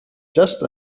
just